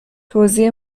توزیع